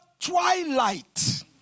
twilight